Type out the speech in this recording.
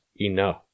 enough